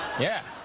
yeah.